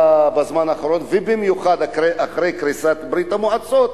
בזמן האחרון, ובמיוחד אחרי קריסת ברית-המועצות,